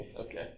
Okay